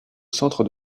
centre